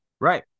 Right